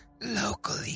Locally